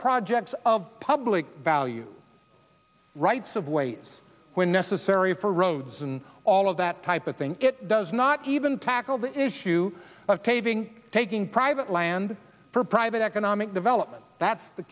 projects of public value rights of ways when necessary for roads and all of that type of thing it does not even tackle the issue of paving taking private land for private economic development that's the